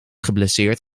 geblesseerd